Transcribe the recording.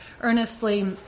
earnestly